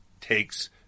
takes